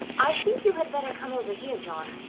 i think you had better come over here, john.